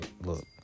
look